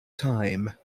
time